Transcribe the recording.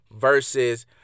versus